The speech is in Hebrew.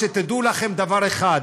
שתדעו לכם דבר אחד: